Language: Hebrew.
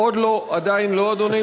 עוד לא, עדיין לא, אדוני, בבקשה.